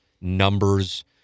numbers